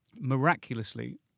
miraculously